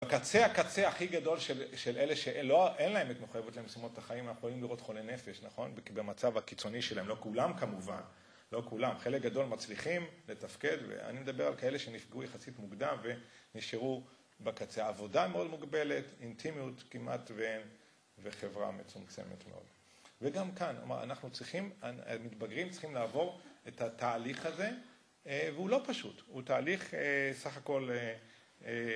בקצה, הקצה הכי גדול של אלה שאין להם את מחויבות למשימות את החיים, הם יכולים לראות חולי נפש, נכון? במצב הקיצוני שלהם, לא כולם כמובן, לא כולם, חלק גדול מצליחים לתפקד ואני מדבר על כאלה שנפגעו יחסית מוקדם ונשארו בקצה. עבודה מאוד מוגבלת, אינטימיות כמעט ואין, וחברה מצומצמת מאוד. וגם כאן, אנחנו צריכים, המתבגרים צריכים לעבור את התהליך הזה והוא לא פשוט, הוא תהליך, סך הכול,